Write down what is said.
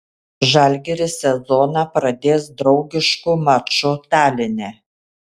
žalgiris sezoną pradės draugišku maču taline